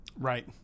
Right